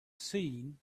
seen